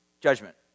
judgment